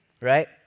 right